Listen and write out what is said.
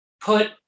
put